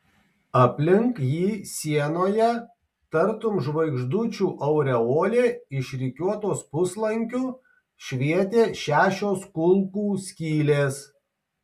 aplink jį sienoje tartum žvaigždučių aureolė išrikiuotos puslankiu švietė šešios kulkų skylės